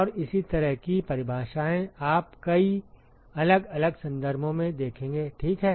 और इसी तरह की परिभाषाएं आप कई अलग अलग संदर्भों में देखेंगे ठीक है